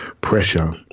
pressure